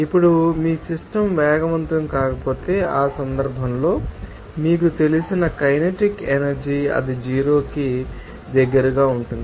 ఇప్పుడు మీ సిస్టమ్ వేగవంతం కాకపోతే ఆ సందర్భంలో మీకు తెలిసినకైనెటిక్ ఎనర్జీ అది జీరో కి దగ్గరగా ఉంటుంది